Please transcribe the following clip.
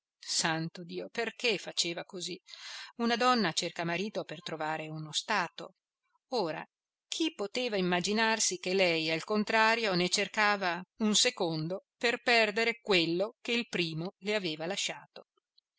santo dio perché faceva così una donna cerca marito per trovare uno stato ora chi poteva immaginarsi che lei al contrario ne cercava un secondo per perdere quello che il primo le aveva lasciato